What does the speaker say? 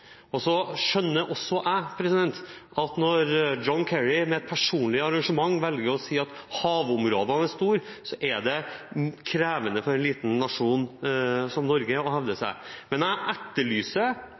Så skjønner også jeg at når John Kerry med personlig engasjement velger å si at havområdene er store, er det krevende for en liten nasjon som Norge å